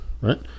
right